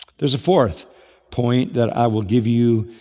there's a fourth point that i will give you.